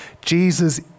Jesus